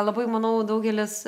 labai manau daugelis